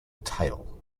tail